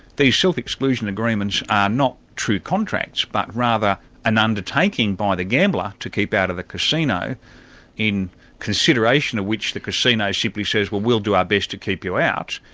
these self-exclusion agreements are not true contracts but rather an undertaking by the gambler to keep out of the casino in consideration of which the casino simply says, well we ll do our best to keep you out',